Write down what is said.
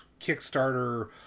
Kickstarter